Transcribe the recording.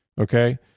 okay